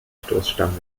stoßstange